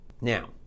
Now